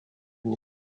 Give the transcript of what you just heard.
мне